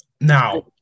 Now